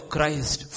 Christ